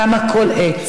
יודעת את זה: כמה כל עץ,